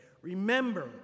remember